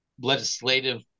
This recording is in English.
legislative